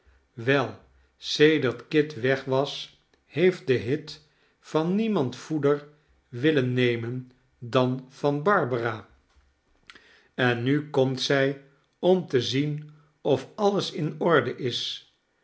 wel sedert kit weg was heeft de hit van niemand voeder willen nemen dan van barbara en nu komt zij om te zien of alles in orde is